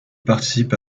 participe